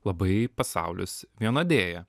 labai pasaulis vienodėja